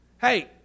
hey